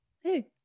Hey